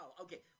Okay